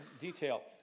detail